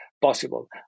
possible